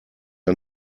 ein